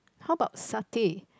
how about satay